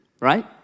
right